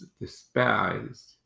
despised